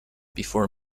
before